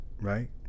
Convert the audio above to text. right